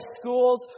schools